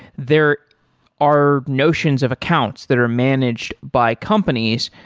there are notions of accounts that are managed by companies.